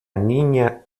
niña